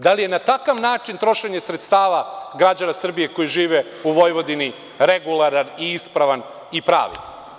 Da li je na takav način trošenje sredstava građana Srbije koji žive u Vojvodini regularan i ispravan i pravi?